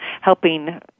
helping